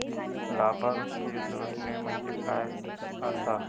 लाभार्थी जोडणे म्हणजे काय आसा?